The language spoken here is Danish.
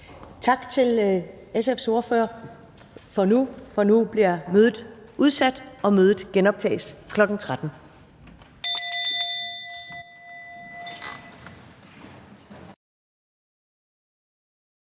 Tak til SF's ordfører for nu, for nu bliver mødet udsat. Mødet genoptages kl. 13.00.